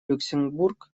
люксембург